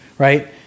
Right